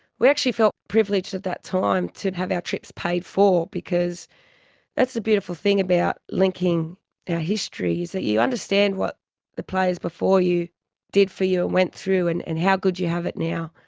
we actually felt privileged at that time to have our trips paid for because that's the beautiful thing about linking our histories, that you understand what the players before you did for you and went through, and and how good you have it now.